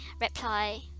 reply